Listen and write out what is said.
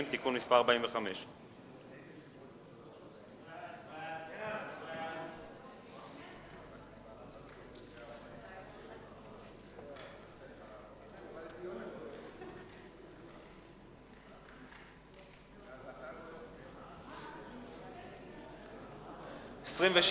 (תיקון מס' 45). חוק עבודת נשים (תיקון מס' 45),